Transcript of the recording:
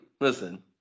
listen